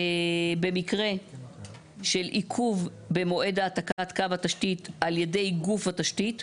"במקרה של עיכוב במועד העתקת קו התשתית על ידי גוף התשתית,